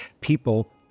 people